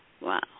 Wow